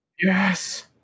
Yes